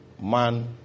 Man